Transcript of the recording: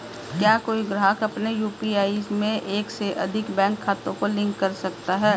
क्या कोई ग्राहक अपने यू.पी.आई में एक से अधिक बैंक खातों को लिंक कर सकता है?